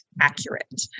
accurate